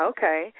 Okay